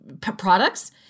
products